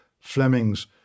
Fleming's